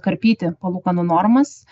karpyti palūkanų normas